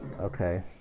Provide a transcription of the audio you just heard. Okay